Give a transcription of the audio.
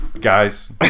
Guys